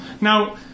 Now